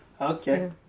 okay